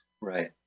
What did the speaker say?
right